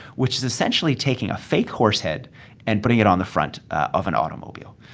which is essentially, taking a fake horse head and putting it on the front of an automobile.